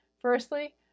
Firstly